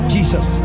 Jesus